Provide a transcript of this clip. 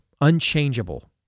unchangeable